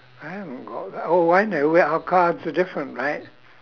I am g~ oh I know why our cards are different right